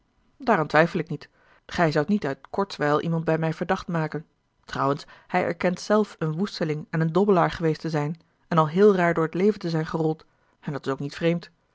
daaraan twijfel ik niet gij zoudt niet uit kortswijl iemand bij mij verdacht maken trouwens hij erkent zelf een woesteling en een dobbelaar geweest te zijn en al heel raar door het leven te zijn gerold en dat is ook niet vreemd